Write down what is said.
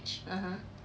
(uh huh)